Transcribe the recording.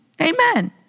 Amen